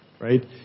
right